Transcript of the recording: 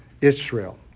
Israel